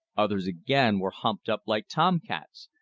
others again were humped up like tom-cats,